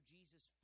Jesus